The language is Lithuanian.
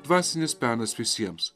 dvasinis penas visiems